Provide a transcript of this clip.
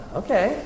okay